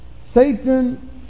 Satan